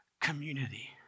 community